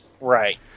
Right